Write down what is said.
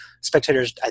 Spectators